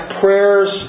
prayers